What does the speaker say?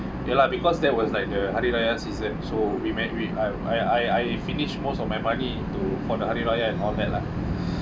ya lah because that was like the hari raya season so we made when I I I finished most of my money to for the hari raya and all that lah